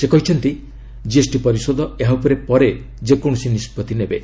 ସେ କହିଛନ୍ତି ଜିଏସ୍ଟି ପରିଷଦ ଏହା ଉପରେ ପରେ ଯେକୌଣସି ନିଷ୍ପଭ୍ତି ନେବେ